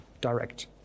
direct